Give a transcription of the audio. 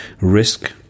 risk